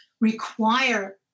require